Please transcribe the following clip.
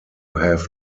have